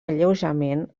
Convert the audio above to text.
alleujament